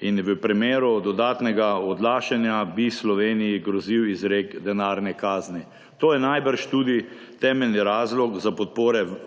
V primeru dodatnega odlašanja bi Sloveniji grozil izrek denarne kazni. To je najbrž tudi temeljni razlog za